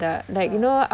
oh